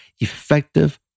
effective